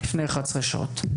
לפני 11 שעות.